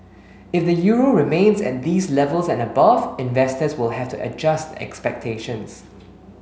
if the euro remains at these levels and above investors will have to adjust expectations